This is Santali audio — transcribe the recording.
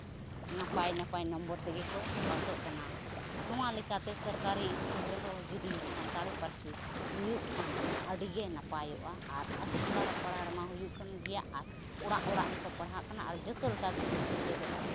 ᱱᱟᱯᱟᱭ ᱱᱟᱯᱟᱭ ᱱᱟᱢᱵᱟᱨ ᱛᱮᱜᱮ ᱠᱚ ᱯᱟᱥᱚᱜ ᱠᱟᱱᱟ ᱱᱚᱣᱟ ᱞᱮᱠᱟᱛᱮ ᱥᱚᱨᱠᱟᱹᱨᱤ ᱥᱠᱩᱞ ᱨᱮᱦᱚᱸ ᱡᱩᱫᱤ ᱥᱟᱱᱛᱟᱲᱤ ᱯᱟᱹᱨᱥᱤ ᱦᱩᱭᱩᱜ ᱠᱷᱟᱱ ᱟᱹᱰᱤᱜᱮ ᱱᱟᱯᱟᱭᱚᱜᱼᱟ ᱟᱨ ᱟᱹᱛᱩ ᱴᱚᱞᱟ ᱯᱟᱲᱟ ᱨᱮᱢᱟ ᱦᱩᱭᱩᱜ ᱠᱟᱱ ᱜᱮᱭᱟ ᱚᱲᱟᱜ ᱚᱲᱟᱜ ᱜᱮᱠᱚ ᱯᱟᱲᱦᱟᱜ ᱠᱟᱱᱟ ᱟᱨ ᱡᱚᱛᱚ ᱞᱮᱠᱟ ᱜᱮᱠᱚ ᱥᱮᱪᱮᱫᱚᱜ ᱠᱟᱱᱟ